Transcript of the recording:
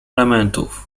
elementów